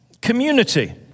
community